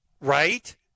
Right